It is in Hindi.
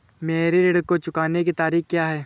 मेरे ऋण को चुकाने की तारीख़ क्या है?